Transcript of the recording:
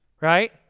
Right